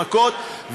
מכות,